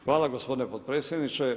Hvala gospodine potpredsjedniče.